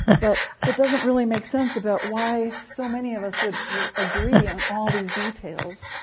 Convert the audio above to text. but it doesn't really make sense about why so many of us would agree on all these details,